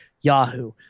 yahoo